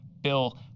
Bill